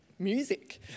music